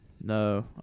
No